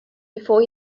before